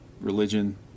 religion